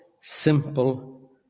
simple